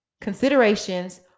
considerations